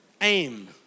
aim